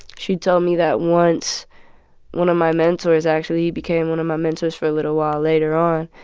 she told me that once one of my mentors actually he became one of my mentors for a little while later on.